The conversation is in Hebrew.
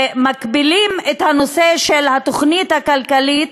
ומקבילים את הנושא של התוכנית הכלכלית,